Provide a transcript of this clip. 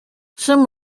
some